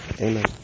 Amen